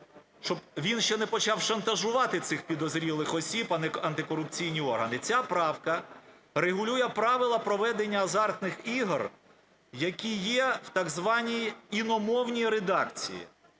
Щоб він ще не почав шантажувати цих підозрілих осіб, а не антикорупційні органи. Ця правка регулює правила проведення азартних ігор, які є в так званій іномовній редакції.